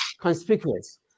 conspicuous